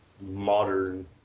modern